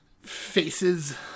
faces